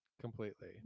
Completely